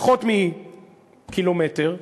פחות מקילומטר,